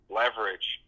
leverage